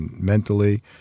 mentally –